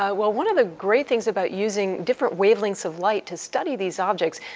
ah well one of the great things about using different wavelengths of light to study these objects,